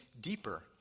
deeper